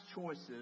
choices